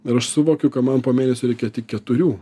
ir aš suvokiu kad man po mėnesio reikia tik keturių